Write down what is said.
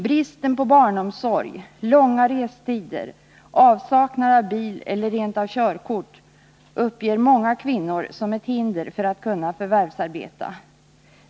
Bristen på barnomsorg, långa restider, avsaknad av bil eller rent av körkort uppger många kvinnor som ett hinder för att kunna förvärvsarbeta.